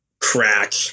crack